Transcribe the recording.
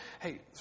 Hey